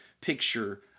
picture